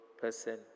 person